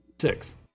Six